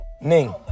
Ning